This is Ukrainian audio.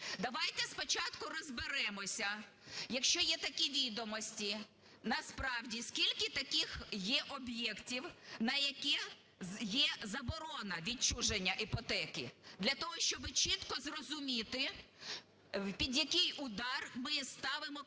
Давайте спочатку розберемося, якщо є такі відомості насправді, скільки таких є об'єктів, на які є заборона відчуження іпотеки, для того, щоб чітко зрозуміти, під який удар ми ставимо кредиторів.